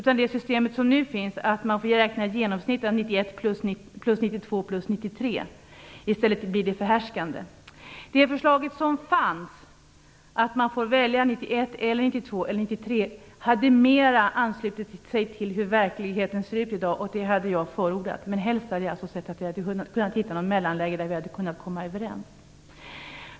I det system som nu finns får man räkna ut ett genomsnitt av 1991, 1992 och 1993. Detta blir förhärskande. Det förslag som fanns - där man fick välja 1991, 1992 eller 1993 - hade mera anslutit sig till hur verkligheten ser ut i dag. Det skulle jag ha förordat. Helst hade jag sett att vi hade kunnat hitta något mellanläge där vi skulle ha kunnat komma överens.